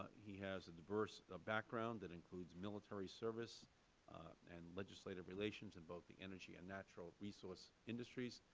he has a diverse background that includes military service and legislative relations in both the energy and natural resource industries.